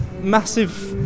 massive